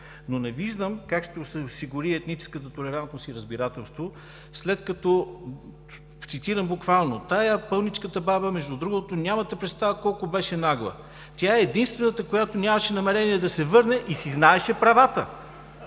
Не виждам обаче как ще осигури етническата толерантност и разбирателство, след като, цитирам буквално: „Тая пълничката баба, между другото, нямате представа колко беше нагла. Тя е единствената, която нямаше намерение да се върне, и си знаеше правата!“